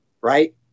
right